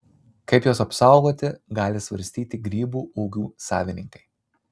kaip juos apsaugoti gali svarstyti grybų ūkių savininkai